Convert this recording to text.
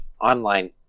online